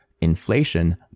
Inflation